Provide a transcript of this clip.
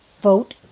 vote